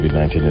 19